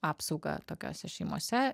apsaugą tokiose šeimose